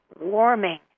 warming